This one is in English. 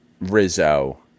Rizzo